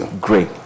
great